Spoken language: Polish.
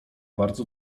bardzo